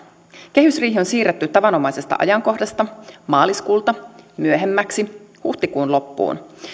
kehysriihi on siirretty tavanomaisesta ajankohdasta maaliskuulta myöhemmäksi huhtikuun loppuun